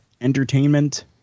Entertainment